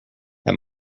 that